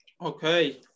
Okay